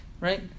right